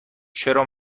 چرا